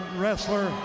wrestler